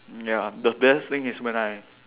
ya the best thing is when I